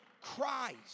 Christ